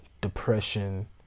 depression